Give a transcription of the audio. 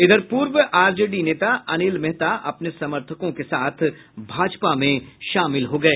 इधर पूर्व आरजेडी नेता अनिल मेहता अपने समर्थकों के साथ भाजपा में शामिल हो गए